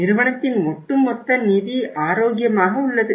நிறுவனத்தின் ஒட்டுமொத்த நிதி ஆரோக்கியமாக உள்ளது